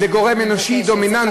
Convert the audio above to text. לגורם אנושי דומיננטי, אני מבקשת.